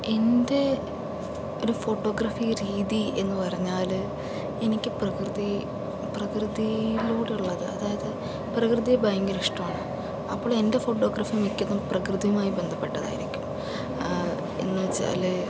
എൻ്റെ ഒരു ഫോട്ടോഗ്രാഫി രീതി എന്നു പറഞ്ഞാല് എനിക്ക് പ്രകൃതിയെ പ്രകൃതിയിലൂടെ ഉള്ളത് അതായത് പ്രകൃതിയെ ഭയങ്കര ഇഷ്ടമാണ് അപ്പോൾ എൻ്റെ ഫോട്ടോഗ്രാഫി മിക്കതും പ്രകൃതിയുമായി ബന്ധപ്പെട്ടതായിരിക്കും എന്നു വെച്ചാല്